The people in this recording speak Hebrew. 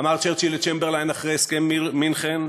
אמר צ'רצ'יל לצ'מברליין אחרי הסכם מינכן,